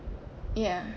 ya